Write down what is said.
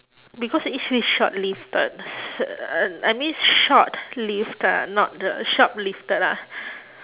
because it say short-lived but uh I mean short-lived ah not the shoplifted ah